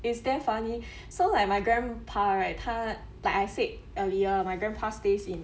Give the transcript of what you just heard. it's damn funny so like my grandpa right 他 like I said earlier my grandpa stays in